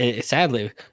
Sadly